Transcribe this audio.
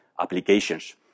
Applications